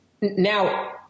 now